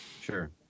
Sure